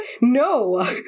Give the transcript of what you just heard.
No